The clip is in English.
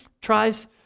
tries